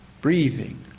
Breathing